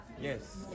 Yes